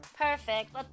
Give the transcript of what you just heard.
Perfect